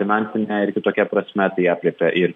finansine ir kitokia prasme tai aprėpia ir